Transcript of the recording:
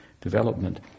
development